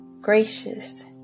gracious